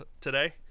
today